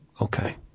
okay